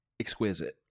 exquisite